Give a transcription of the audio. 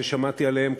ששמעתי עליהם,